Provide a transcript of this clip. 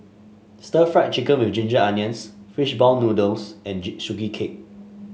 Stir Fried Chicken with Ginger Onions Fishball Noodle and Sugee Cake